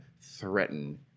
threaten